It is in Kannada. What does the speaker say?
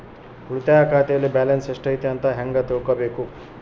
ಉಳಿತಾಯ ಖಾತೆಯಲ್ಲಿ ಬ್ಯಾಲೆನ್ಸ್ ಎಷ್ಟೈತಿ ಅಂತ ಹೆಂಗ ತಿಳ್ಕೊಬೇಕು?